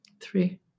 Three